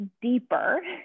deeper